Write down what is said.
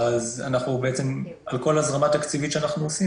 אז על כל הזרמה תקציבית שאנחנו עושים,